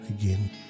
again